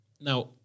now